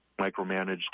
micromanaged